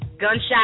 Gunshot